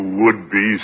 would-be